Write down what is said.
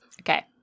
Okay